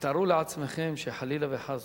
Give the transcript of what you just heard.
ותארו לעצמכם שחלילה וחס